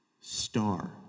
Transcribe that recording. star